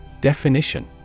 Definition